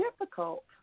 difficult